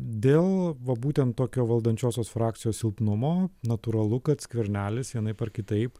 dėl va būtent tokio valdančiosios frakcijos silpnumo natūralu kad skvernelis vienaip ar kitaip